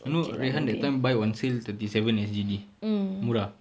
I know rehan that time buy on sale thirty seven S_G_D murah